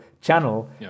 channel